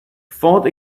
fought